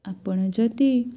ଆପଣ ଯଦି